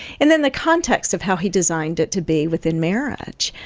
and in the context of how he designed it to be within marriage.